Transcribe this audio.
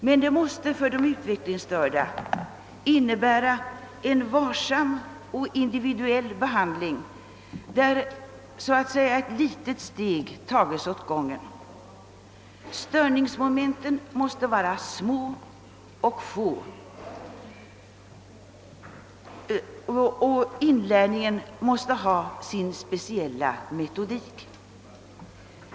Men det måste för de utvecklingsstörda innebära en varsam och individuell behandling, där så att säga ett litet steg tages åt gången. Störningsmomenten måste vara så små och så få som möjligt, och inlärningen måste ha sin speciella metodik.